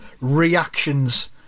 reactions